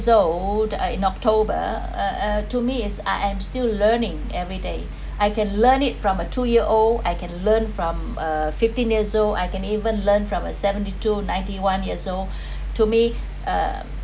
old in october uh to me is I am still learning every day I can learn it from a two year old I can learn from a fifteen years old I can even learn from a seventy two ninety one years old to me uh